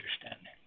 understanding